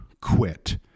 quit